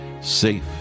safe